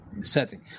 setting